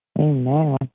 Amen